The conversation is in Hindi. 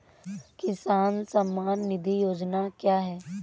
किसान सम्मान निधि योजना क्या है?